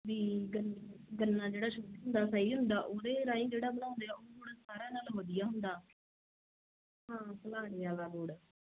ਵੀ ਗੰਨਾਂ ਜਿਹੜਾ ਸ਼ੁੱਧ ਸਹੀ ਹੁੰਦਾ ਉਹਦੇ ਰਾਹੀਂ ਜਿਹੜਾ ਬਣਾਉਂਦੇ ਆ ਉਹ ਸਾਰਿਆਂ ਨਾਲ ਵਧੀਆ ਹੁੰਦਾ ਹਾ ਕੁਲਾੜੀ ਆਲਾ ਗੁੜ